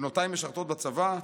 בנותיי משרתות בצבא,